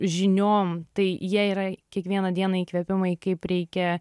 žiniom tai jie yra kiekvieną dieną įkvėpimai kaip reikia